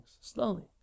Slowly